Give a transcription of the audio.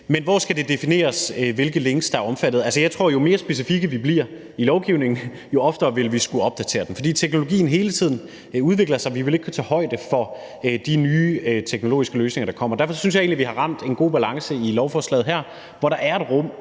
Men hvor skal det defineres, hvilke links der er omfattet? Altså, jeg tror, at jo mere specifikke vi bliver i lovgivningen, jo oftere vil vi skulle opdatere den, fordi teknologien hele tiden udvikler sig, og fordi vi ikke vil kunne tage højde for de nye teknologiske løsninger, der kommer. Derfor synes jeg egentlig, at vi har ramt en god balance i lovforslaget her, hvor der er et rum